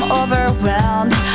overwhelmed